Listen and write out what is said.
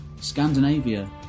Scandinavia